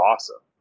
awesome